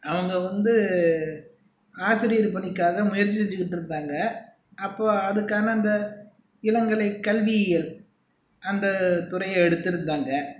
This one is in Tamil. அவங்க வந்து ஆசிரியர் பணிக்காக முயற்சி செஞ்சுட்டு இருந்தாங்க அப்போது அதுக்கான அந்த இளங்கலை கல்வியியல் அந்த துறையை எடுத்திருந்தாங்க